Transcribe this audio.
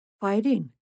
Fighting